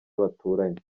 baturanye